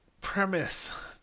premise